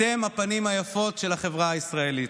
אתם הפנים היפות של החברה הישראלית.